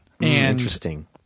Interesting